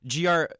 GR